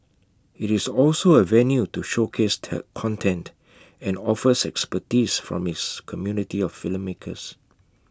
IT is also A venue to showcase content and offers expertise from its community of filmmakers